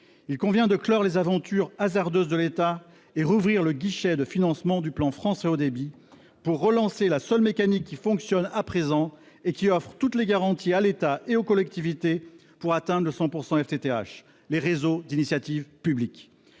Il convient de clore les aventures hasardeuses de l'État et de rouvrir le guichet de financement du plan France très haut débit, afin de relancer la seule mécanique qui fonctionne à présent et qui offre toutes les garanties à l'État comme aux collectivités pour atteindre le 100 % FTTH : les réseaux d'initiative publique.